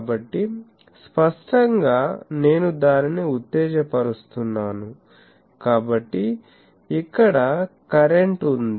కాబట్టి స్పష్టంగా నేను దానిని ఉత్తేజపరుస్తున్నాను కాబట్టి ఇక్కడ కరెంట్ ఉంది